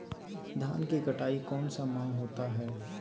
धान की कटाई कौन सा माह होता है?